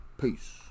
Peace